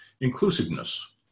inclusiveness